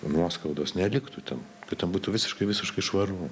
nuoskaudos neliktų ten kad ten būtų visiškai visiškai švaru